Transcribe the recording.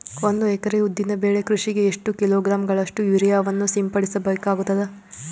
ಒಂದು ಎಕರೆ ಉದ್ದಿನ ಬೆಳೆ ಕೃಷಿಗೆ ಎಷ್ಟು ಕಿಲೋಗ್ರಾಂ ಗಳಷ್ಟು ಯೂರಿಯಾವನ್ನು ಸಿಂಪಡಸ ಬೇಕಾಗತದಾ?